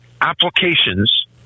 applications